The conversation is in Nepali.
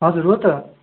हजुर हो त